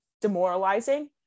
demoralizing